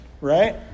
right